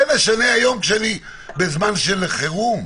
אז את זה זה נשנה היום כשאני בזמן של חירום?